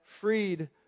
freed